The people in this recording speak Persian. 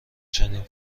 چنین